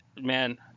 man